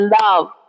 love